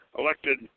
elected